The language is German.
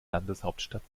landeshauptstadt